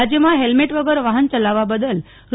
રાજ્યમાં ફેલ્મેટ વગર વાહન ચલાવવા બદલ રૂ